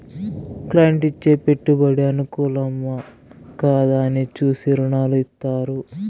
client ఇచ్చే పెట్టుబడి అనుకూలమా, కాదా అని చూసి రుణాలు ఇత్తారు